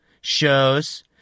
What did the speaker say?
shows